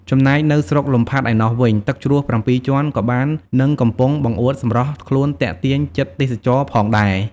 ចំណែកនៅស្រុកលំផាត់ឯណោះវិញ ទឹកជ្រោះប្រាំពីរជាន់ក៏បាននឹងកំពុងបង្អួតសម្រស់ខ្លួនទាក់ទាញចិត្តទេសចរផងដែរ។